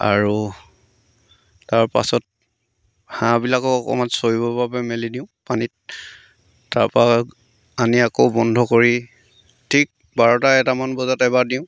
আৰু তাৰপাছত হাঁহবিলাকক অকণমান চৰিবৰ বাবে মেলি দিওঁ পানীত তাৰপৰা আনি আকৌ বন্ধ কৰি ঠিক বাৰটা এটামান বজাত এবাৰ দিওঁ